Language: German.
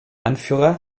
anführer